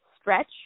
stretch